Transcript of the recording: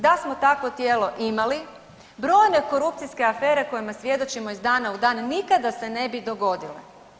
Da smo takvo tijelo imali, brojne korupcijske afere kojima svjedočimo iz dana u dan nikada se ne bi dogodile.